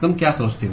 तुम क्या सोचते हो